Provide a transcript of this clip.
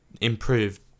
improved